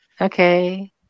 okay